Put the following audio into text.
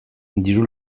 diru